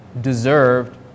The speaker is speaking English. deserved